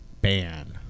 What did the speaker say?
ban